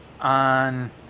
on